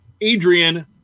Adrian